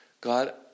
God